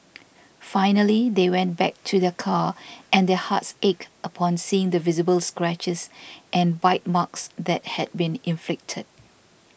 finally they went back to their car and their hearts ached upon seeing the visible scratches and bite marks that had been inflicted